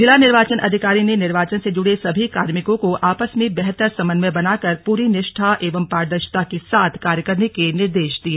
जिला निर्वाचन अधिकारी ने निर्वाचन से जुड़े सभी कार्मिकों को आपस में बेहतर समन्वय बनाकर पूरी निष्ठा एवं पारदर्शिता के साथ कार्य करने के निर्देश दिए